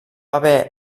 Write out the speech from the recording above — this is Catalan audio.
haver